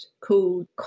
called